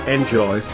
Enjoy